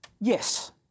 Yes